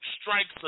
strikes